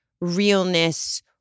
realness